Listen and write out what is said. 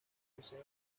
poseen